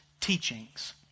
teachings